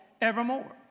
evermore